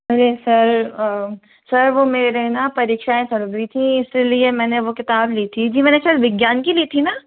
अरे sir sir वो मेरे हैं ना परीक्षाएँ चल रही थी इसीलिए मैंने वो किताब ली थी जी मैंने सिर्फ विज्ञान की ली थी ना